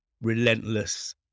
relentless